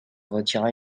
retira